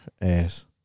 ass